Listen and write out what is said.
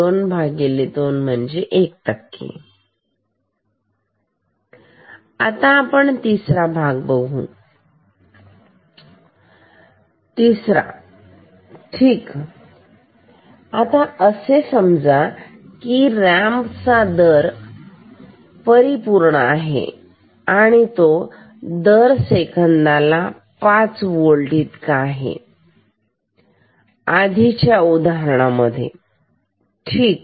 022 1 आता आपण तिसरा भाग बघून भाग तिसरा ठीक आता असे समजा की रॅम्प दर परिपूर्ण आहे आणि तो दर सेकंदाला पाच होल्ट इतका आहे आधीच्या उदाहरणामध्ये ठीक